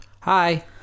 Hi